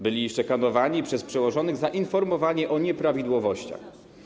Byli szykanowani przez przełożonych za informowanie o nieprawidłowościach.